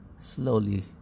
slowly